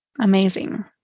Amazing